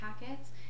packets